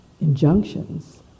injunctions